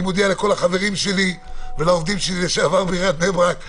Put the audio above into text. אני מודיע לכל החברים שלי ולעובדים שלי לשעבר בעיריית בני ברק שמודאגים,